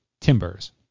Timbers